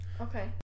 Okay